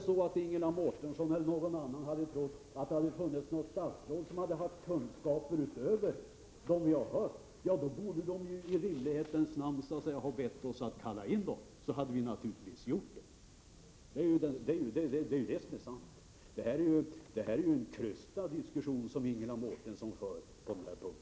Om Ingela Mårtensson eller någon annan hade trott att det funnits något statsråd utöver dem vi har hört som haft kunskaper i ärendet, borde man i rimlighetens namn ha bett oss att kalla in dem, och då hade vi naturligtvis gjort det. Det är en krystad argumentation som Ingela Mårtensson för fram på den här punkten.